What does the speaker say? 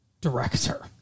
director